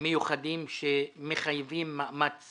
מיוחדים שמחייבים מאמץ